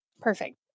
Perfect